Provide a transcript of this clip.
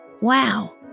wow